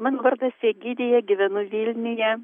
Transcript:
mano vardas egidija gyvenu vilniuje